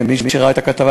ומי שראה את הכתבה,